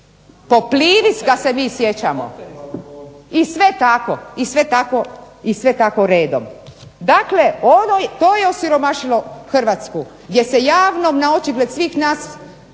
Po Plivi ga se mi sjećamo i sve tako i sve tako redom. Dakle, to je osiromašilo Hrvatsku gdje se javno naočigled svih nas